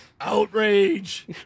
Outrage